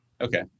Okay